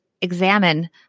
examine